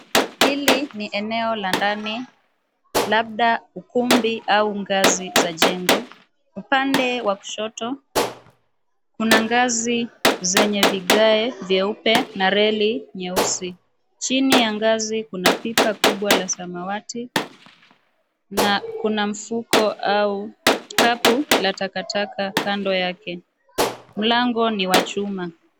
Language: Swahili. Hili ni eneo la ndani, labda ukumbi au ngazi za jengo. Upande wa kushoto kuna ngazi zenye vigae vyeupe na reli nyeusi. Chini ya ngazi kuna pipa kubwa la samawati na kuna mfuko au kapu la takataka kando yake. Mlango ni wa chuma.